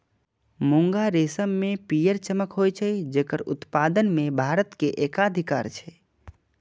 मूंगा रेशम मे पीयर चमक होइ छै, जेकर उत्पादन मे भारत के एकाधिकार छै